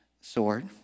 sword